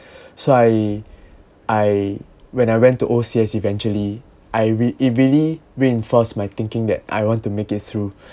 so I I when I went to O_C_S eventually I re~ it really reinforced my thinking that I want to make it through